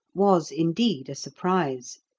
was indeed a surprise.